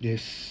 yes